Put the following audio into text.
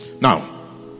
now